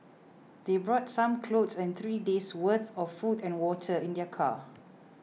they brought some clothes and three days' worth of food and water in their car